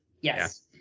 yes